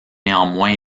néanmoins